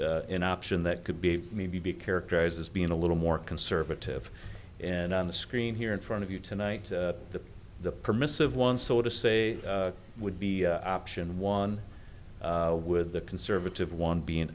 with an option that could be maybe be characterized as being a little more conservative and on the screen here in front of you tonight that the permissive one so to say would be option one with the conservative one be